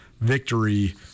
victory